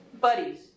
Buddies